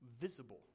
visible